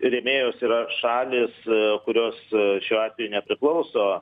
rėmėjos yra šalys kurios šiuo atveju nepriklauso